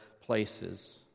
places